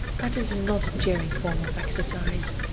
but it is not a cheering form of exercise.